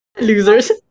Losers